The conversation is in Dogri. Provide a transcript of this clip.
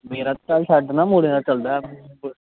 मेरा ते छड्ड ना मुढ़ें दा चलदा ऐ